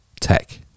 Tech